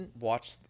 watch